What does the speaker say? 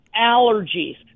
allergies